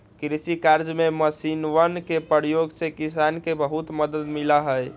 कृषि कार्य में मशीनवन के प्रयोग से किसान के बहुत मदद मिला हई